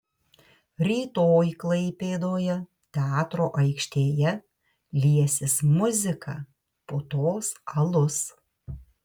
rytoj klaipėdoje teatro aikštėje liesis muzika putos alus